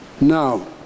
Now